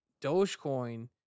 Dogecoin